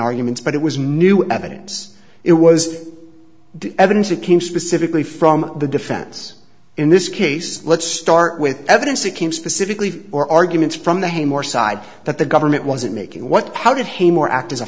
arguments but it was new evidence it was evidence it came specifically from the defense in this case let's start with evidence that came specifically or arguments from the him or side that the government wasn't making what how did he more a